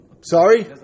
Sorry